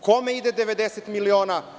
Kome ide 90 miliona?